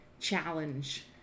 challenge